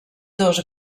dos